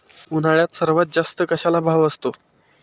उन्हाळ्यात सर्वात जास्त कशाला भाव असतो?